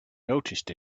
noticed